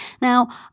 Now